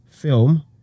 film